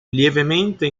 lievemente